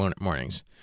mornings